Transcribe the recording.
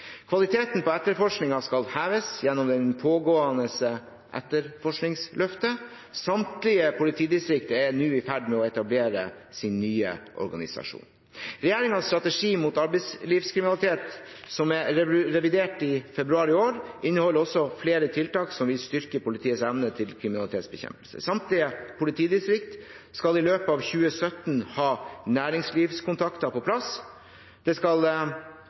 Kvaliteten på etterforskningen skal heves gjennom det pågående etterforskningsløftet. Samtlige politidistrikt er nå i ferd med å etablere sin nye organisasjon. Regjeringens strategi mot arbeidslivskriminalitet, som er revidert i februar i år, inneholder også flere tiltak som vil styrke politiets evne til kriminalitetsbekjempelse. Samtlige politidistrikt skal i løpet av 2017 ha næringslivskontakter på plass. Det skal